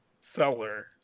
Seller